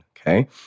Okay